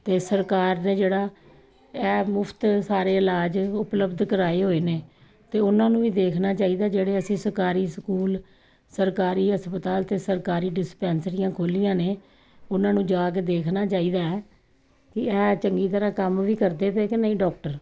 ਅਤੇ ਸਰਕਾਰ ਨੇ ਜਿਹੜਾ ਇਹ ਮੁਫ਼ਤ ਸਾਰੇ ਇਲਾਜ ਉਪਲੱਬਧ ਕਰਵਾਏ ਹੋਏ ਨੇ ਅਤੇ ਉਹਨਾਂ ਨੂੰ ਵੀ ਦੇਖਣਾ ਚਾਹੀਦਾ ਜਿਹੜੇ ਅਸੀਂ ਸਰਕਾਰੀ ਸਕੂਲ ਸਰਕਾਰੀ ਹਸਪਤਾਲ ਅਤੇ ਸਰਕਾਰੀ ਡਿਸਪੈਂਸਰੀਆਂ ਖੋਲ੍ਹੀਆਂ ਨੇ ਉਹਨਾਂ ਨੂੰ ਜਾ ਕੇ ਦੇਖਣਾ ਚਾਹੀਦਾ ਕੀ ਇਹ ਚੰਗੀ ਤਰ੍ਹਾਂ ਕੰਮ ਵੀ ਕਰਦੇ ਪਏ ਕਿ ਨਹੀਂ ਡਾਕਟਰ